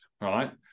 right